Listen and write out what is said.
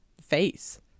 face